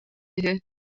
үһү